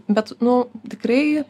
bet nu tikrai